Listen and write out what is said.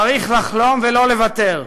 צריך לחלום ולא לוותר.